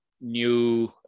new